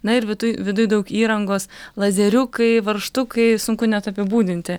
na ir viduj viduj daug įrangos lazeriukai varžtukai sunku net apibūdinti